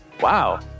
wow